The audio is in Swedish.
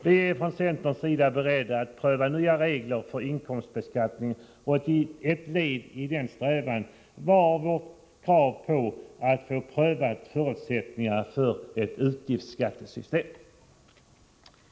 Vi är beredda att pröva nya regler för inkomstbeskattningen, och ett led i denna strävan var kravet att få förutsättningarna för ett utgiftsskattesystem prövade.